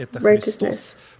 righteousness